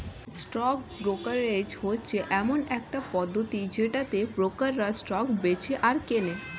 stock brokerage হচ্ছে এমন একটা পদ্ধতি যেটাতে ব্রোকাররা স্টক বেঁচে আর কেনে